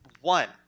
One